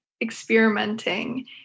experimenting